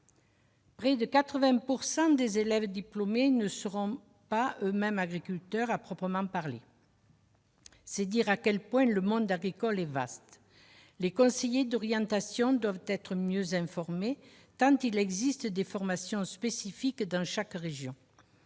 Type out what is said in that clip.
Près de 80 % des élèves diplômés ne seront pas eux-mêmes agriculteurs à proprement parler. C'est dire à quel point le monde agricole est vaste. Les conseillers d'orientation doivent être mieux informés, tant il existe des formations spécifiques dans chaque région.